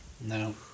No